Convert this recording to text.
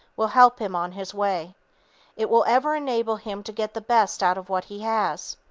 will help him on his way it will ever enable him to get the best out of what he has.